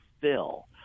fill